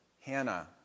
Hannah